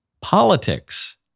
politics